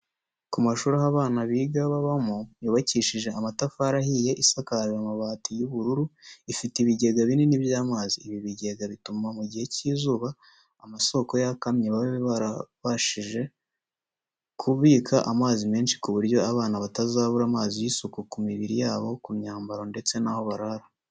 Ku mashuri aho abana biga babamo, yubakishijwe amatafari ahiye, isakaje amabati y'ubururu, ifite ibigega binini by'amazi, ibi bigega bituma mu gihe cy'izuba amasoko yakamye babe barabashije kubika amazi menshi ku buryo abana batazabura amazi y'isuku ku mibiri yabo, ku myambaro, ndetse n'aho barara.